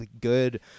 good